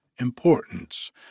importance